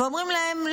ואומרים להם,